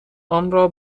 آنرا